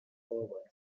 forward